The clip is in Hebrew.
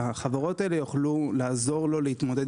שהחברות האלה יוכלו לעזור לו להתמודד